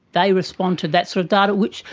they respond to that sort of data which,